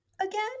again